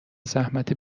زحمت